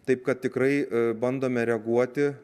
taip kad tikrai bandome reaguoti